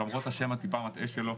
למרות השם הטיפה מתעה שלו,